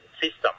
system